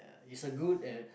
he's a good uh